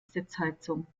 sitzheizung